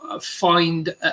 find